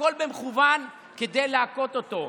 הכול במכוון כדי להכות אותו.